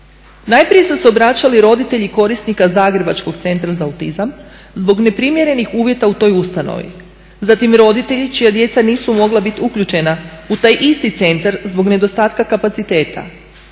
Najprije su se obraćali roditelji korisnika zagrebačkog Centra za autizam zbog neprimjerenih uvjeta u toj ustanovi. Zatim roditelji čija djeca nisu mogla biti uključena u taj isti centar zbog nedostatka kapaciteta,